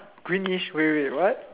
greenish wait wait wait what